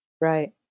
Right